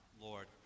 Lord